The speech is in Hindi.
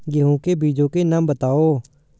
गेहूँ के बीजों के नाम बताओ?